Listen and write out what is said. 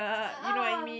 a'ah